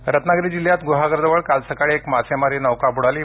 नाव बडाली रत्नागिरी जिल्ह्यात गुहागरजवळ काल सकाळी एक मच्छिमारी नौका बुडाली